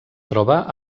troba